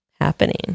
happening